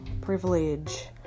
privilege